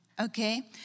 Okay